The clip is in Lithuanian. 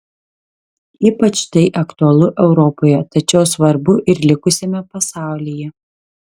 ypač tai aktualu europoje tačiau svarbu ir likusiame pasaulyje